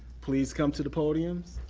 please come to the podium?